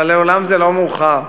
אבל לעולם לא מאוחר.